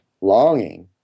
longing